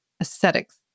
Aesthetics